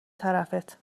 طرفت